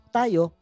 tayo